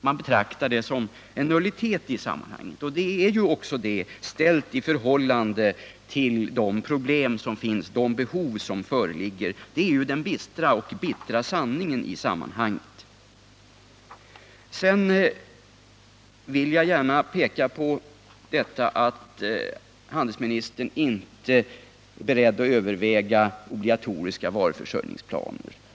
Man betraktar stödet som en nullitet i sammanhanget, och det är det också i förhållande till de behov som föreligger. Det är den bistra och bittra sanningen. Jag vill också ta upp den omständigheten att handelsministern inte är beredd att överväga obligatoriska varuförsörjningsplaner.